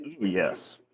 Yes